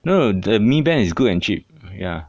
you know the mi band is good and cheap ya